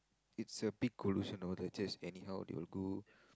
it's a big collision they just anyhow they will go